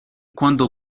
quando